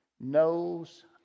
knows